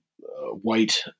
white